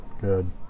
good